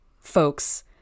folks